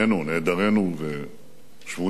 נעדרנו ושבויינו,